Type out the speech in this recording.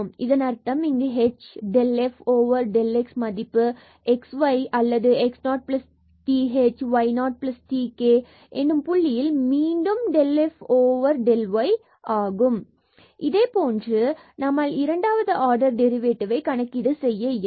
இதன் அர்த்தம் இங்கு h மற்றும் del f del x மதிப்பு x y அல்லது x 0 th y 0 t k k எனும் புள்ளியில் மீண்டும் del f del y ஆகும் இதே போன்று நம்மால் இரண்டாவது ஆர்டர் டெரிவேட்டிவ்ஐ கணக்கீடு செய்ய இயலும்